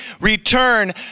return